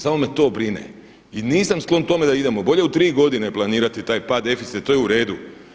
Samo me to brine i nisam sklon tome da idemo, bolje u 3 godine planirati taj pad deficita, to je u redu.